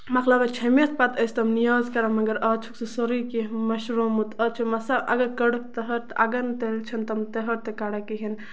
مۄکلاوان چھٔمبِتھ پَتہٕ ٲسۍ تِم نِیاز کران مَگر آز چھُکھ سُہ سورُے کیٚنہہ مٔشرومُت آز چھُ مَسا اَگر کٔڑٕکھ تٔہَر اگر نہٕ تیٚلہِ چھِنہٕ تٔمۍ تٔہَر تہِ کَڑان کِہیٖنۍ نہٕ